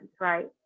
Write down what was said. right